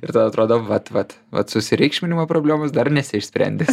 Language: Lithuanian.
ir tada atrodo vat vat vat susireikšminimo problemos dar nesi išsprendęs